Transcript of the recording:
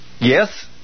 Yes